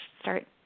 start